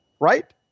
Right